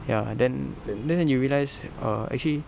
ya then then then you realize err actually